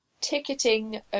Ticketing